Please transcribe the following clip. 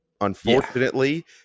unfortunately